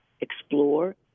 explore